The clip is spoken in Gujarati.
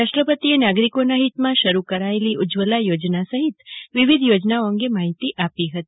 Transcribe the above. રાષ્ટ્રપતિ એ નાગરીકોનાં હિતમાં શરૂ કરાચેલી ઉજ્જવલા ચોજના સહિત વિવિધ યોજનાઓ અંગે માહિતી આપી હતી